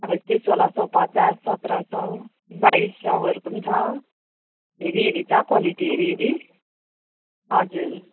अब त्यही सोह्र सौ पचास सत्र सौ बाइस सौहरूको पनि छ हेरि हेरि छ क्वालिटी हेरि हेरि हजुर